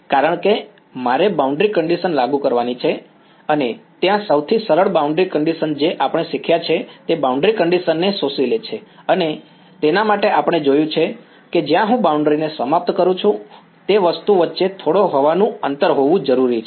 કારણ કે મારે બાઉન્ડ્રી કંડીશન લાગુ કરવાની જરૂર છે અને ત્યાં સૌથી સરળ બાઉન્ડ્રી કંડીશન જે આપણે શીખ્યા છે તે બાઉન્ડ્રી કંડીશન ને શોષી લે છે અને તેના માટે આપણે જોયું છે કે જ્યાં હું બાઉન્ડ્રી ને સમાપ્ત કરું છું તે વસ્તુ વચ્ચે થોડો હવાનું અંતર હોવું જરૂરી છે